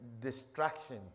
distraction